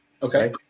Okay